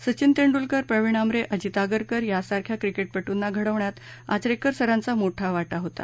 सचिन तेंडुलकर प्रविण आमरे अजित आगरकर यांसारख्या क्रिकेटपटूंना घडवण्यात आचरेकर सरांचा मोठा वाटा होता